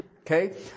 Okay